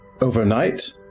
overnight